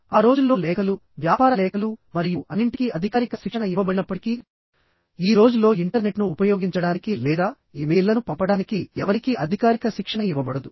ఆ రోజుల్లో లేఖలు వ్యాపార లేఖలు మరియు అన్నింటికీ అధికారిక శిక్షణ ఇవ్వబడినప్పటికీ ఈ రోజుల్లో ఇంటర్నెట్ను ఉపయోగించడానికి లేదా ఇమెయిల్లను పంపడానికి ఎవరికీ అధికారిక శిక్షణ ఇవ్వబడదు